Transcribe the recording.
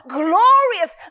glorious